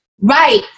right